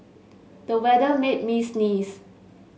the weather made me sneeze